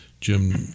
jim